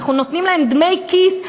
אנחנו נותנים להם דמי כיס.